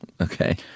Okay